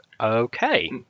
Okay